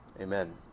Amen